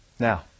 Now